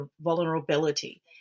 vulnerability